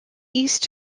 east